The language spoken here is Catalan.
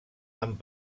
amb